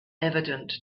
evident